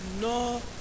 no